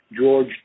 George